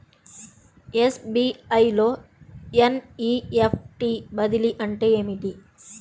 SBI లో NEFT బదిలీ అంటే ఏమిటి?